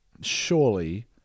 Surely